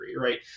right